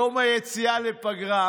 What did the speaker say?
יום היציאה לפגרה.